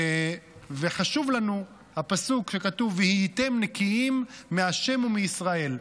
חשוב לנו הפסוק שבו כתוב "והייתם נקיים מה' ומישראל".